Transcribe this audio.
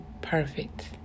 perfect